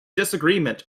disagreement